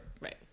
right